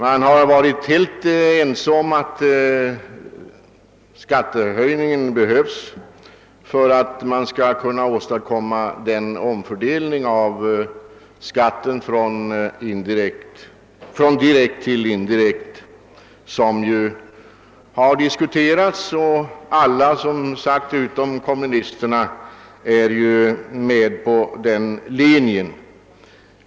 Man har varit helt ense om att den föreslagna skattehöjningen behövs för att man skall kunna åstadkomma den omfördelning av skatten från direkt till indirekt som har diskuterats. Alla utom kommunisterna är med på den linjen.